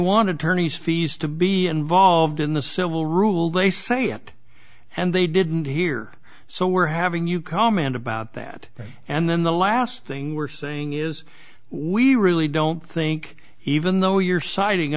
want to turn ease fees to be involved in the civil rule they say it and they didn't hear so we're having you comment about that and then the last thing we're saying is we really don't think even though you're citing